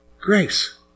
Grace